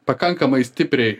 pakankamai stipriai